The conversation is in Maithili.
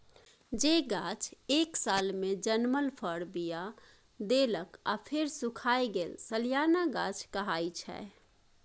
जे गाछ एक सालमे जनमल फर, बीया देलक आ फेर सुखाए गेल सलियाना गाछ कहाइ छै